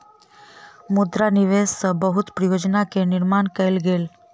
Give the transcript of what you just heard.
मुद्रा निवेश सॅ बहुत परियोजना के निर्माण कयल गेल